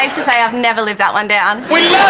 um to say i've never lived that one down